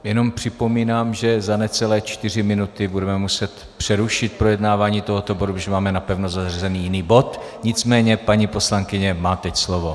Jenom připomínám, že za necelé čtyři minuty budeme muset přerušit projednávání tohoto bodu, protože máme napevno zařazený jiný bod, nicméně paní poslankyně má teď slovo.